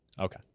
Okay